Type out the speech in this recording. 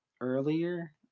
earlier